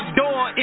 door